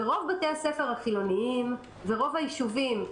ברוב בתי הספר החילוניים ברוב היישובים,